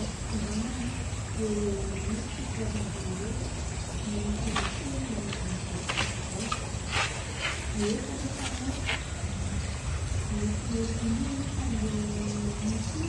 Azoko tombanana eo ho eo amin'ny fito arivo eo ho eo ny isan'ny teny manerana an'izay tontolo izao. Mihoatra anefany an, mety mihoatra an'io anefa ilay isa io